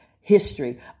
history